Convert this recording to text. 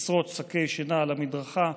עשרות שקי שינה על המדרכה,